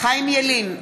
חיים ילין,